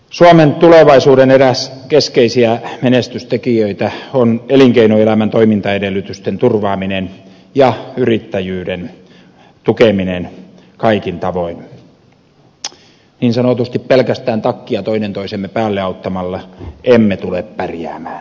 suomen tulevaisuuden eräs keskeisiä menestystekijöitä on elinkeinoelämän toimintaedellytysten turvaaminen ja yrittäjyyden tukeminen kaikin tavoin niin sanotusti pelkästään takkia toinen toisemme päälle auttamalla emme tule pärjäämään